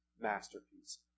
masterpiece